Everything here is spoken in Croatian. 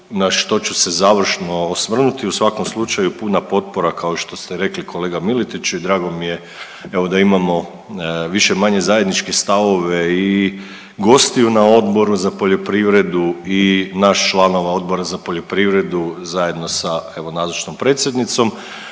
što ću se završno osvrnuti u svakom slučaju puna potpora kao što ste i rekli kolega Miletiću i drago mi je evo da imao više-manje zajedničke stavove i gostiju na Odboru za poljoprivredu i nas članova Odbora za poljoprivredu zajedno sa evo nazočnom predsjednicom.